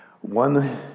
One